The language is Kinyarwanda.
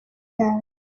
cyane